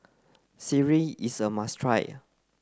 Sireh is a must try